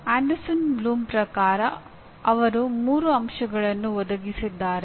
Anderson Bloom ಪ್ರಕಾರ ಅವರು 3 ಅಂಶಗಳನ್ನು ಒದಗಿಸಿದ್ದಾರೆ